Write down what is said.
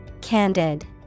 Candid